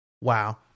wow